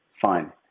Fine